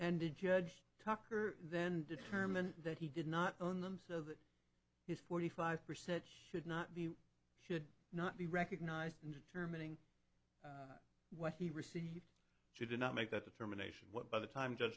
and the judge tucker then determine that he did not own them so that his forty five percent should not be should not be recognized in determining what he received she did not make that determination what by the time ju